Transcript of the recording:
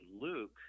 Luke